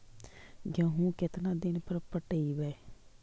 गेहूं केतना दिन पर पटइबै?